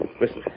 Listen